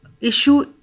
issue